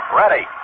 ready